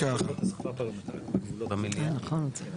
והסימפטום הנוסף שאני רואה בימים האחרונים זה את ידיו